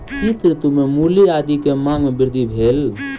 शीत ऋतू में मूली आदी के मांग में वृद्धि भेल